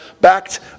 backed